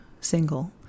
single